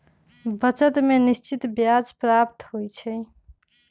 बचत में निश्चित ब्याज प्राप्त होइ छइ